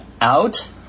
Out